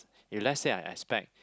if let's say I expect